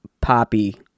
poppy